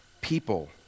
people